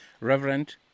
Reverend